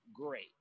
Great